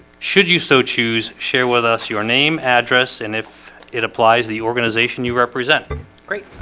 should you so choose share with us your name address? and if it applies the organization you represent great.